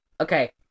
Okay